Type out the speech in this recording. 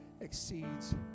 exceeds